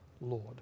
Lord